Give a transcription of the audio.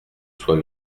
soit